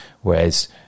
whereas